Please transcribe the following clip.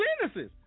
Genesis